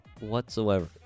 whatsoever